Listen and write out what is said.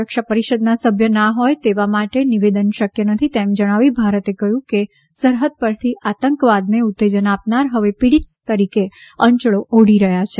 સુરક્ષા પરિષદના સભ્ય ના હોય તેના માટે નિવેદન શક્ય નથી એમ જણાવી ભારતે કહ્યું કે સરહદ પરથી આતંકવાદને ઉત્તેજન આપનાર હવે પીડિત તરીકે અંયળો ઓઢી રહ્યા છે